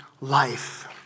life